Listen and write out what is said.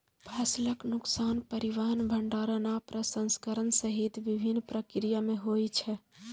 फसलक नुकसान परिवहन, भंंडारण आ प्रसंस्करण सहित विभिन्न प्रक्रिया मे होइ छै